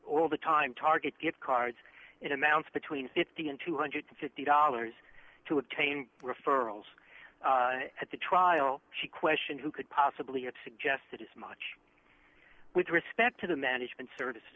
all the time target gift cards in amounts between fifty dollars and two hundred and fifty dollars to obtain referrals at the trial she question who could possibly have suggested as much with respect to the management services